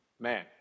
Man